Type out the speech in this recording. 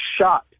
shot